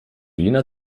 jener